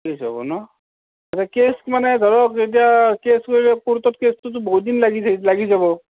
হৈ যাব ন' এতিয়া কেচ মানে ধৰক এতিয়া কেচ কৰিলে কৰ্টত কেচটোতো বহুত দিন লাগি থাকিব লাগি যাব